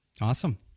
Awesome